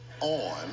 On